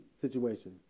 situation